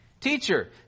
Teacher